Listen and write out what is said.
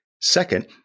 Second